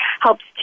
helps